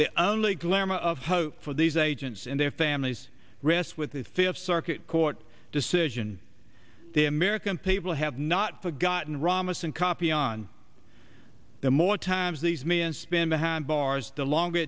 only glimmer of hope for these agents and their families wrist with the fifth circuit court decision the american people have not forgotten ramos and copy on the more times these men spend behind bars the longer